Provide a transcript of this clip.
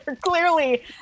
clearly